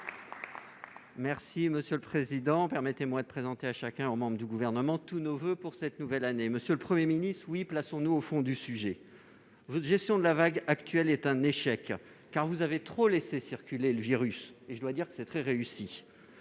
et Républicain. Permettez-moi de présenter à chacun et aux membres du Gouvernement tous nos voeux pour cette nouvelle année. Monsieur le Premier ministre, oui, plaçons-nous au fond du sujet. Votre gestion de la vague actuelle est un échec, car vous avez trop laissé circuler le virus- et je dois dire que c'est très réussi.